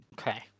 Okay